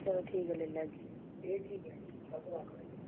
चलो ठीक ऐ ले लैगी